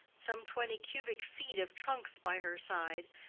some twenty cubic feet of trunks by her side,